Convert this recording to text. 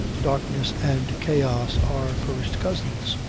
darkness and chaos are first cousins.